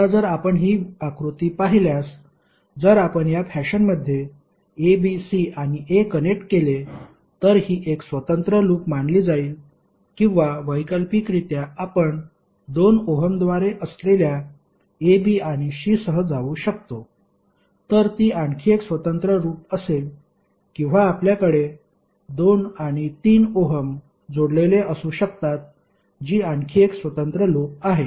आता जर आपण ही आकृती पाहिल्यास जर आपण या फॅशनमध्ये a b c आणि a कनेक्ट केले तर ही एक स्वतंत्र लूप मानली जाईल किंवा वैकल्पिकरित्या आपण 2 ओहमद्वारे असलेल्या a b आणि c सह जाऊ शकतो तर ती आणखी एक स्वतंत्र लूप असेल किंवा आपल्याकडे 2 आणि 3 ओहम जोडलेले असू शकतात जी आणखी एक स्वतंत्र लूप आहे